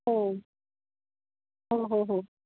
हो हो हो हो